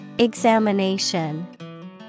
Examination